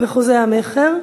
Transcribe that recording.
בחוזה המכר,